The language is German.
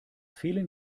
fehlen